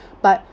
but